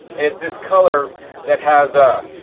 and it's this color that has, ah